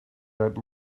that